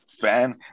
fan